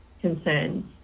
concerns